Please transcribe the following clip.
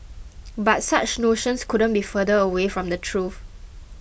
but such notions couldn't be further away from the truth